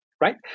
right